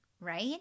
right